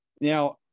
Now